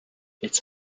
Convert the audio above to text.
its